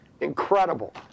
incredible